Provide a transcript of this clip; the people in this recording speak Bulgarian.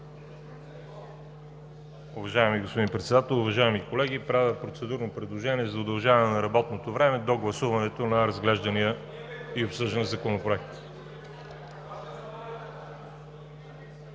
Уважаеми господин Председател, уважаеми колеги, правя процедурно предложение за удължаване на работното време до гласуване на разглеждания и обсъждания законопроект.